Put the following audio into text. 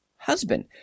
Husband